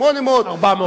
800,